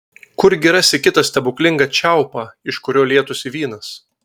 kurgi rasi kitą stebuklingą čiaupą iš kurio lietųsi vynas